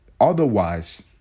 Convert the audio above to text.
Otherwise